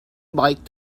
biked